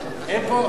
מה, אין פה אשה שׂרה?